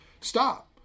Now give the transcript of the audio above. Stop